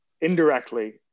indirectly